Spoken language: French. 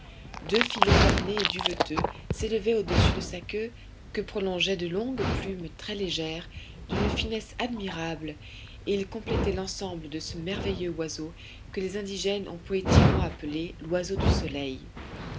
deux filets cornés et duveteux s'élevaient au-dessus de sa queue que prolongeaient de longues plumes très légères d'une finesse admirable et ils complétaient l'ensemble de ce merveilleux oiseau que les indigènes ont poétiquement appelé l'oiseau du soleil